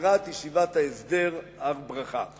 סגירת ישיבת ההסדר הר-ברכה.